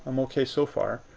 um okay so far.